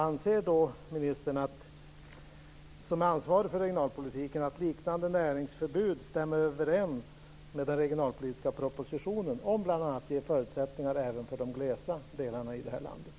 Anser ministern, som är ansvarig för regionalpolitiken, att liknande näringsförbud stämmer överens med den regionalpolitiska propositionen om att bl.a. ge förutsättningar även för de glest befolkade delarna i det här landet?